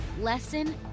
Lesson